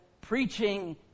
preaching